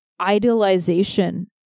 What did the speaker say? idealization